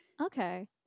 Okay